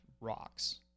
rocks